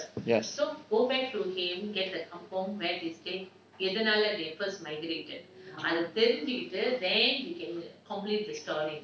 yes